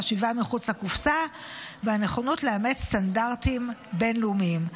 חשיבה מחוץ לקופסה והנכונות לאמץ סטנדרטים בין-לאומיים.